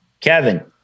Kevin